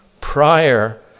prior